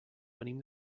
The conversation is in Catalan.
venim